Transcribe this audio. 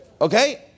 Okay